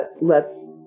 lets